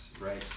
right